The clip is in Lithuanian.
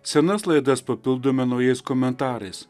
senas laidas papildome naujais komentarais